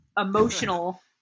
emotional